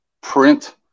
print